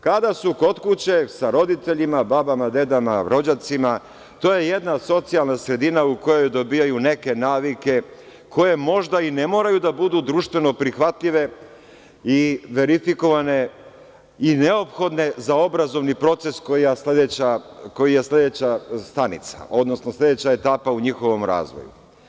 Kada su kod kuće sa roditeljima, babama, dedama, rođacima, to je jedna socijalna sredina u kojoj dobijaju neke navike koje možda i ne moraju da budu društveno prihvatljive i verifikovane i neophodne za obrazovni proces koji je sledeća stanica, odnosno sledeća etapa u njihovom razvoju.